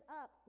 up